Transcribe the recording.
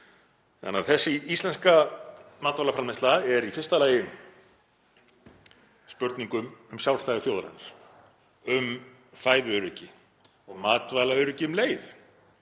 Þannig að þessi íslenska matvælaframleiðsla er í fyrsta lagi spurning um sjálfstæði þjóðarinnar, um fæðuöryggi, og matvælaöryggi um leið,